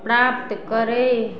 प्राप्त करय